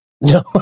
No